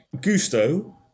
Gusto